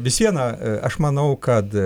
vis viena aš manau kad